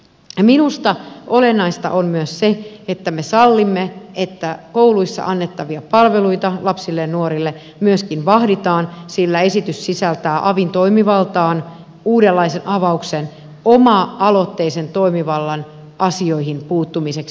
minusta olennaista on myös se että me sallimme että kouluissa annettavia palveluita lapsille ja nuorille myöskin vahditaan sillä esitys sisältää avin toimivaltaan uudenlaisen avauksen oma aloitteisen toimivallan asioihin puuttumiseksi